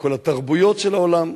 מכל התרבויות של העולם,